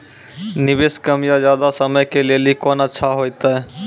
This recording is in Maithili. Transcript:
निवेश कम या ज्यादा समय के लेली कोंन अच्छा होइतै?